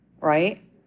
right